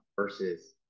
versus